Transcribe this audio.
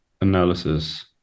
analysis